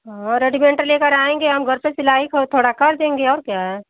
हाँ रेडीमेड लेकर आएँगे हम घर पर सिलाई थोड़ा कर देंगे और क्या